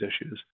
issues